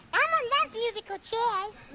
um loves musical chairs.